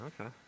Okay